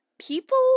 People